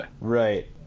Right